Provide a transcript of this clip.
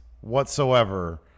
whatsoever